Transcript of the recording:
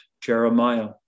Jeremiah